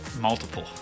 multiple